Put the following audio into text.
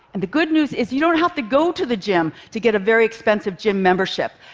and the good news is, you don't have to go to the gym to get a very expensive gym membership.